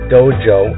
Dojo